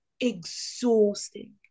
exhausting